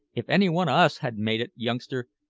if any one o' us had made it, youngster,